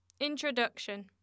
Introduction